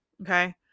Okay